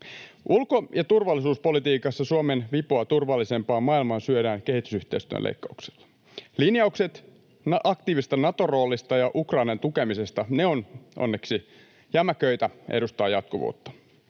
Ulko- ja turvallisuuspolitiikassa Suomen vipua turvallisempaan maailmaan syödään kehitysyhteistyön leikkauksilla. Linjaukset aktiivisesta Nato-roolista ja Ukrainan tukemisesta ovat onneksi jämäköitä ja edustavat jatkuvuutta.